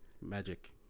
Magic